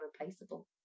irreplaceable